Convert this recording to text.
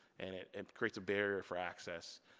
and it creates a barrier for access.